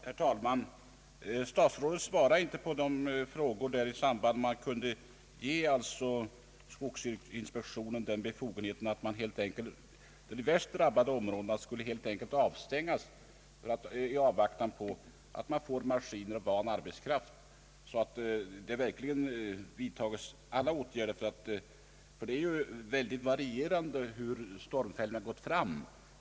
Herr talman! Statsrådet svarade inte på frågan om skogsyrkesinspektionen kan ges befogenheter att helt enkelt avstänga de värst drabbade områdena, i avvaktan på att man får maskiner och van arbetskraft. Det är mycket varierande hur stormfällningen gått fram.